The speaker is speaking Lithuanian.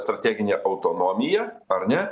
strateginė autonomija ar ne